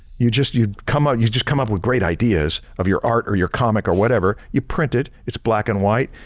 you just you'd come up you just come up with great ideas of your art or your comic or whatever, you print it, it's black and white,